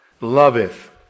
loveth